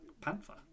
Panther